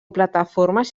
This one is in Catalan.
plataformes